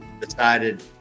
decided